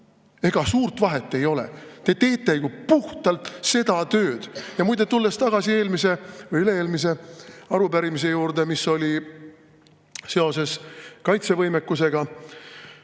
Ega suurt vahet ei ole. Te teete ju puhtalt seda tööd. Ja muide, tulen tagasi eelmise või üle-eelmise arupärimise juurde, mis oli kaitsevõimekuse